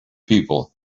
people